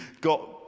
got